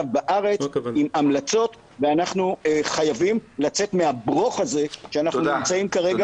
בארץ עם המלצות ואנחנו חייבים לצאת מהברוֹך הזה שאנחנו נמצאים כרגע,